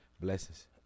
blessings